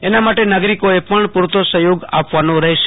એના મ ાટે નાગરિકોએ પણ પૂરતો સહયોગ આપવાનો રહેશે